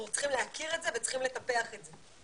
אנחנו צריכים להכיר בזה וצריכים לטפח את זה.